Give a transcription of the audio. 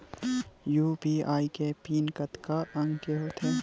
UPI के PIN कतका अंक के होथे?